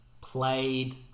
played